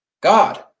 God